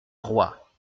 roi